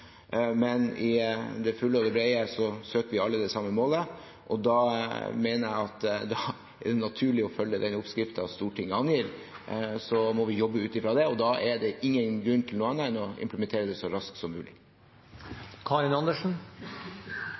men i det hele og fulle søker vi alle det samme målet, og da mener jeg det er naturlig å følge den oppskriften Stortinget angir. Vi må jobbe ut fra den, og da er det ingen grunn til noe annet enn å implementere den så raskt som